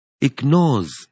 ignores